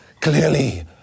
clearly